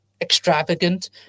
extravagant